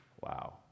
wow